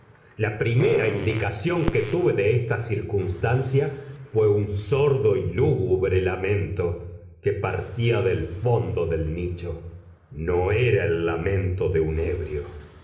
la primera indicación que tuve de esta circunstancia fué un sordo y lúgubre lamento que partía del fondo del nicho no era el lamento de un ebrio